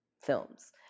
films